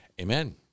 Amen